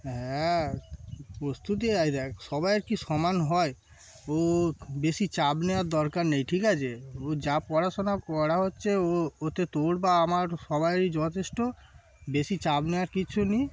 হ্যাঁ প্রস্তুতি এই দ্যাখ সবাইয়ের কি সমান হয় ও বেশি চাপ নেওয়ার দরকার নেই ঠিক আছে ও যা পড়াশোনা করা হচ্ছে ও ওতে তোর বা আমার সবাইয়েরই যথেষ্ট বেশি চাপ নেওয়ার কিছু নেই